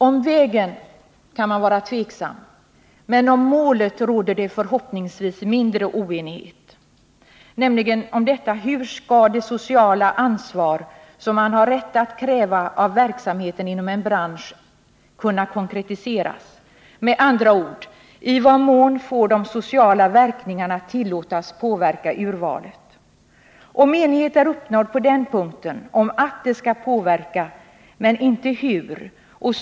Om vägen till målet kan vi vara tveksamma, men om målet råder förhoppningsvis mindre oenighet. Hur skall det sociala ansvar som vi har rätt att kräva av verksamheten inom en bransch kunna konkretiseras? Med andra ord: I vad mån får de sociala verkningarna tillåtas påverka urvalet? Om enighet är uppnådd på den punkten, att urvalet skall påverkas, har vi kommit ett stort steg framåt.